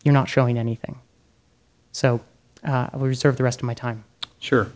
you're not showing anything so reserve the rest of my time sure